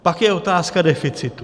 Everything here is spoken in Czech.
Pak je otázka deficitu.